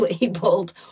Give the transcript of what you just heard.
labeled